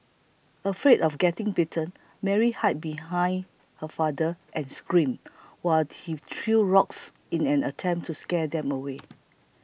afraid of getting bitten Mary hid behind her father and screamed while he threw rocks in an attempt to scare them away